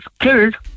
killed